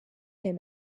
him